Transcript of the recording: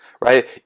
Right